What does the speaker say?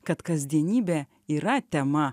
kad kasdienybė yra tema